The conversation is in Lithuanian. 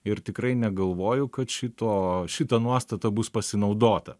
ir tikrai negalvoju kad šito šita nuostata bus pasinaudota